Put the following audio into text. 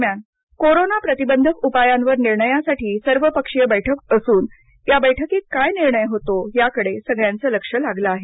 दरम्यान कोरोना प्रतिबंधक उपायांवर निर्णयासाठी सर्वपक्षीय बैठक होत असून त्या बैठकीत काय निर्णय होतो याकडे सगळ्यांचं लक्ष लागलं आहे